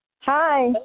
Hi